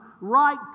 right